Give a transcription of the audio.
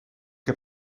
heb